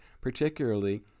particularly